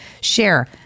Share